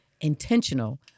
intentional